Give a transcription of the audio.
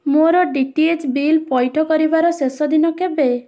ମୋର D T H bill ପଇଠ କରିବାର ଶେଷ ଦିନ କେବେ